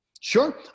Sure